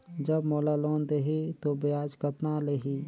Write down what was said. जब मोला लोन देही तो ब्याज कतना लेही?